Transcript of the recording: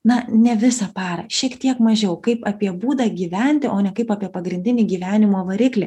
na ne visą parą šiek tiek mažiau kaip apie būdą gyventi o ne kaip apie pagrindinį gyvenimo variklį